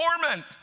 torment